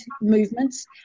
movements